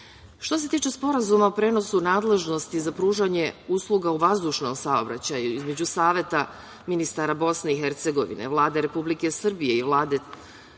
se tiče Sporazuma o prenosu nadležnosti za pružanje usluga u vazdušnom saobraćaju između Saveta ministara BiH, Vlade Republike Srbije i Vlade